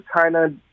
China